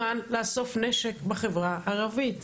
לאסוף נשק בחברה הערבית.